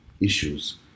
issues